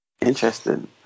Interesting